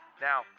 Now